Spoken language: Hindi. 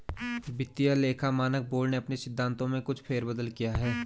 वित्तीय लेखा मानक बोर्ड ने अपने सिद्धांतों में कुछ फेर बदल किया है